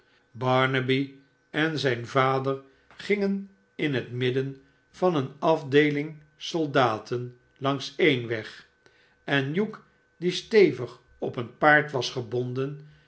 barnaby en zijn vader gingen in het midden van eene afdeeling soldaten langs e'en weg en hugh die stevig op een paard was gebonden